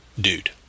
dude